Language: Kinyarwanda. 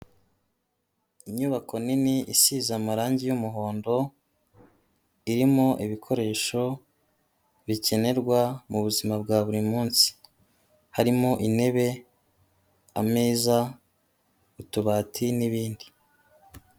Inyubako nini isize amarangi y'umuhondo irimo ibikoresho bikenerwa mu buzima bwa buri munsi, harimo intebe, ameza, utubati n'ibindi.